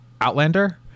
Outlander